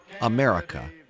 America